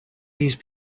these